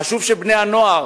חשוב שבני-הנוער,